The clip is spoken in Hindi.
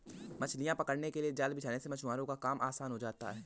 मछलियां पकड़ने के लिए जाल बिछाने से मछुआरों का काम आसान हो जाता है